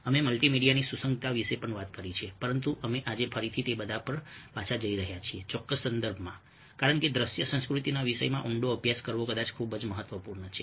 અમે મલ્ટીમીડિયાની સુસંગતતા વિશે પણ વાત કરી છે પરંતુ અમે આજે ફરીથી તે બધા પર પાછા જઈ રહ્યા છીએ આ ચોક્કસ સંદર્ભમાં કારણ કે દ્રશ્ય સંસ્કૃતિના વિષયમાં ઊંડો અભ્યાસ કરવો કદાચ ખૂબ જ મહત્વપૂર્ણ છે